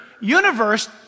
universe